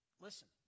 Listen